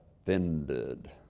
offended